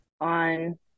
on